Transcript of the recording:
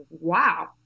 wow